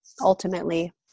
ultimately